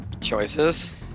Choices